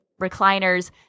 recliners